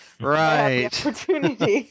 Right